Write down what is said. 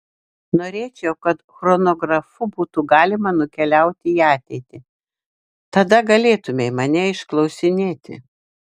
norėčiau kad chronografu būtų galima nukeliauti į ateitį tada galėtumei mane išklausinėti